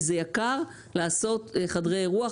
כי זה יקר לעשות חדרי אירוח,